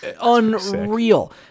Unreal